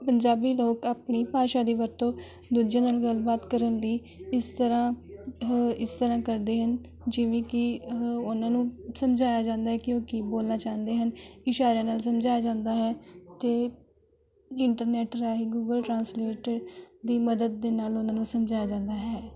ਪੰਜਾਬੀ ਲੋਕ ਆਪਣੀ ਭਾਸ਼ਾ ਦੀ ਵਰਤੋਂ ਦੂਜੇ ਨਾਲ ਗੱਲਬਾਤ ਕਰਨ ਲਈ ਇਸ ਤਰ੍ਹਾਂ ਇਸ ਤਰ੍ਹਾਂ ਕਰਦੇ ਹਨ ਜਿਵੇਂ ਕਿ ਉਹਨਾਂ ਨੂੰ ਸਮਝਾਇਆ ਜਾਂਦਾ ਕਿ ਉਹ ਕੀ ਬੋਲਣਾ ਚਾਹੁੰਦੇ ਹਨ ਇਸ਼ਾਰਿਆਂ ਨਾਲ ਸਮਝਾਇਆ ਜਾਂਦਾ ਹੈ ਅਤੇ ਇੰਟਰਨੈਟ ਰਾਹੀਂ ਗੂਗਲ ਟਰਾਂਸਲੇਟ ਦੀ ਮਦਦ ਦੇ ਨਾਲ ਉਹਨਾਂ ਨੂੰ ਸਮਝਾਇਆ ਜਾਂਦਾ ਹੈ